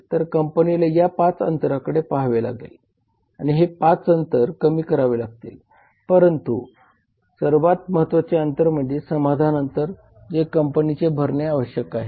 तर कंपनीला या 5 अंतरांकडे पहावे लागेल आणि हे अंतर कमी करावे लागेल परंतु सर्वात महत्वाचे अंतर म्हणजे समाधान अंतर जे कंपनीने भरणे आवश्यक आहे